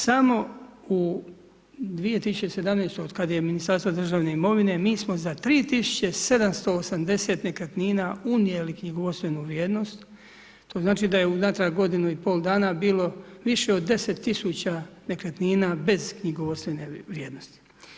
Samo u 2017. od kad je Ministarstvo državne imovine, mi smo za 3780 nekretnina unijeli knjigovodstvenu vrijednost, to znači da je unatrag godinu i pol dana bilo više od 10 tisuća nekretnina bez knjigovodstvene vrijednosti.